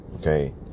okay